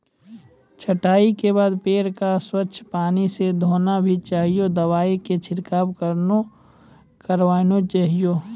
छंटाई के बाद पेड़ क स्वच्छ पानी स धोना भी चाहियो, दवाई के छिड़काव करवाना चाहियो